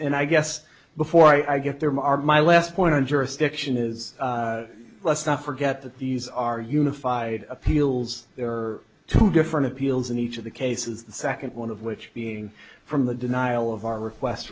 and i guess before i get there mark my last point on jurisdiction is let's not forget that these are unified appeals there are two different appeals in each of the cases the second one of which being from the denial of our request